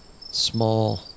small